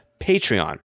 Patreon